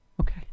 okay